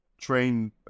train